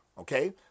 okay